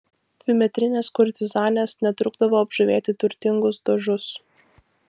dvimetrinės kurtizanės netrukdavo apžavėti turtingus dožus